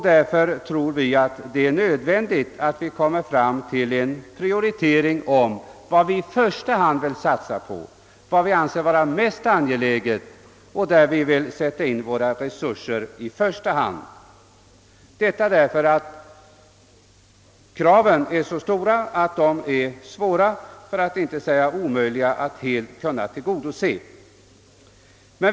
Därför tror vi att det är nödvändigt att vi får en prioritering av de områden vi i första hand vill satsa på och som vi anser vara mest angelägna, Kraven är så stora att det är svårt för att inte säga omöjligt att helt tillgodose dem.